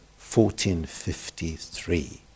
1453